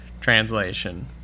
translation